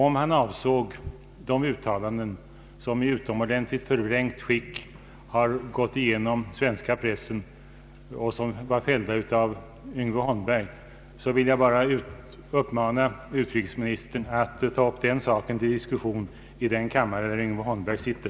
Om han avsåg de uttalanden som i utomordentligt förvrängt skick har gått genom den svenska pressen såsom fällda av Yngve Holmberg, vill jag bara uppmana utrikesministern att ta upp den saken till diskussion i den kammare där Yngve Holmberg sitter.